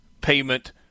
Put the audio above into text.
payment